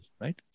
right